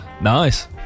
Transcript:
Nice